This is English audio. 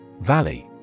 Valley